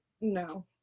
No